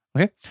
Okay